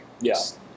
yes